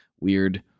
weird